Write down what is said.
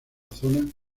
zona